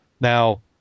Now